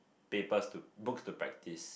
papers to books to practice